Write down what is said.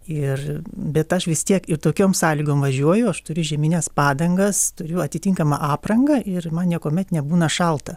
ir bet aš vis tiek ir tokiom sąlygom važiuoju aš turiu žiemines padangas turiu atitinkamą aprangą ir man niekuomet nebūna šalta